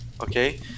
okay